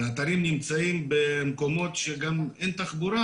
והאתרים נמצאים לפעמים במקומות שגם אין תחבורה